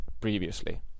previously